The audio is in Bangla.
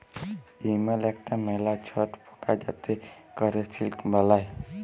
ইমল ইকটা ম্যালা ছট পকা যাতে ক্যরে সিল্ক বালাই